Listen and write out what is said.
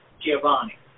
Giovanni